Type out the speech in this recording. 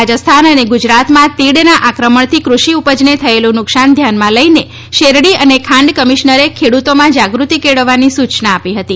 રાજસ્થાન અને ગુજરાતમાં તીડના આક્રમણથી કૃષિ ઉપજને થયેલું નુકસાન ધ્યાનમાં લઈને શેરડી અને ખાંડ કમીશનરે ખેડૂતોમાં જાગૃતિ કેળવવાની સૂયના આપી હતી